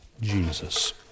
Jesus